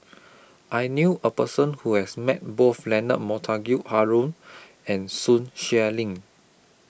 I knew A Person Who has Met Both Leonard Montague Harrod and Sun Xueling